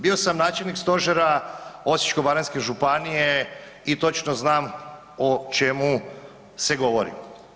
Bio sam načelnik stožera Osječko-baranjske županije i točno znam o čemu se govori.